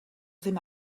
ddydd